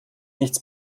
nichts